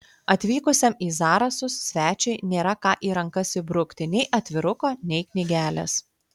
atvykusiam į zarasus svečiui nėra ką į rankas įbrukti nei atviruko nei knygelės